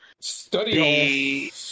Study